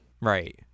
Right